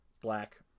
black